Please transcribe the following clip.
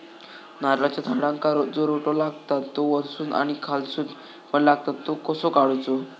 नारळाच्या झाडांका जो रोटो लागता तो वर्सून आणि खालसून पण लागता तो कसो काडूचो?